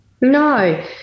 No